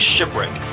Shipwreck